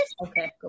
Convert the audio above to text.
Okay